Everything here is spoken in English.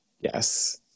yes